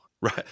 right